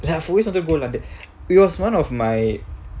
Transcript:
ya I've always wanted to go london because one of my